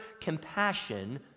compassion